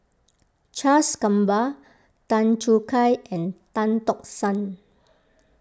Charles Gamba Tan Choo Kai and Tan Tock San